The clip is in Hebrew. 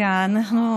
רגע, רגע.